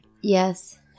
yes